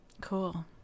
cool